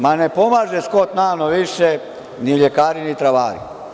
Ma ne pomaže Skot nano više, ni ljekari ni travari.